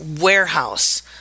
warehouse